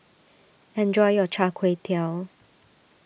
enjoy your Char Kway Teow